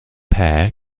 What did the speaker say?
pair